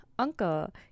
Uncle